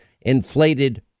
inflated